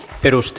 kiitos